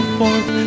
forth